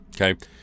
Okay